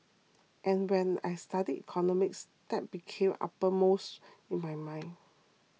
and when I studied economics that became uppermost in my mind